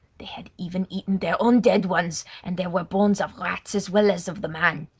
they had even eaten their own dead ones and there were bones of rats as well as of the man.